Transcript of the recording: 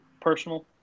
personal